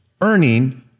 earning